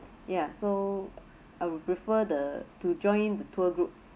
ya so I would prefer the to join the tour group